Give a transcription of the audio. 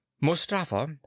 Mustafa